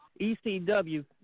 ECW